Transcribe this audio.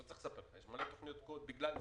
אני לא צריך לספר לך: יש הרבה תוכניות תקועות בגלל זה.